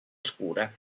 scure